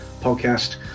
podcast